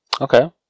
Okay